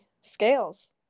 scales